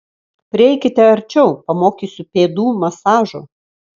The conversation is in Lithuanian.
prieikite arčiau pamokysiu pėdų masažo